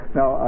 Now